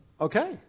Okay